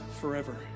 forever